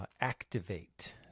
activate